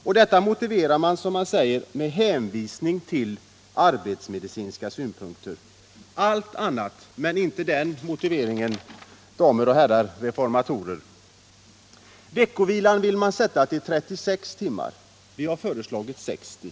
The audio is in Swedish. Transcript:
Och detta motiverar man — som man säger — med hänvisning till arbetsmedicinska synpunkter. Allt annat men inte den motiveringen, damer och herrar reformatorer! Veckovilan vill man sätta till 36 timmar. Vi har föreslagit 60.